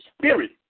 spirit